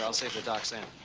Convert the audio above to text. ah the doc's in.